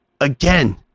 again